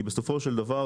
כי בסופו של דבר,